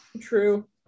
True